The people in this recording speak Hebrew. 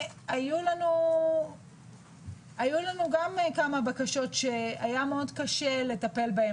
היו לנו גם כמה בקשות שהיה מאוד קשה לטפל בהן